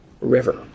river